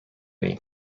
ایم